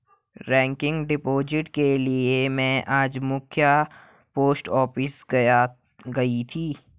recurring deposit के लिए में आज मख्य पोस्ट ऑफिस गयी थी